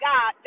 God